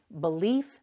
belief